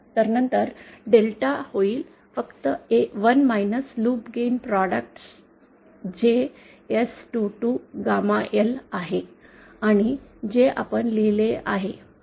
तर नंतर डेल्टा होईल फक्त 1 लूप गेन प्रॉडक्ट जे S22 गामा L आहे आणि जे आपण लिहिले आहे